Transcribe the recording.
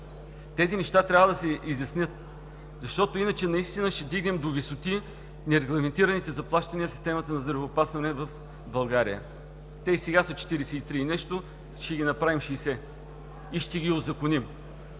Тези неща трябва да се изяснят, защото иначе наистина ще вдигнем до висоти нерегламентираните заплащания в системата на здравеопазване в България. Те и сега са 43 и нещо – ще ги направим 60 и ще ги узаконим.